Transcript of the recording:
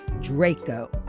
Draco